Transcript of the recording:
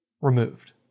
removed